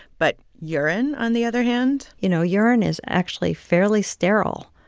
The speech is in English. but urine, on the other hand. you know, urine is actually fairly sterile.